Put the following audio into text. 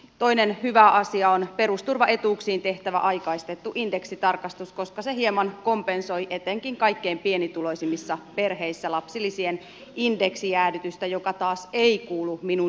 toinen hyvä asia on perusturvaetuuksiin tehtävä aikaistettu indeksitarkastus koska se hieman kompensoi etenkin kaikkein pienituloisimmissa perheissä lapsilisien indeksijäädytystä joka taas ei kuulu minun suosikkeihini